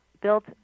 built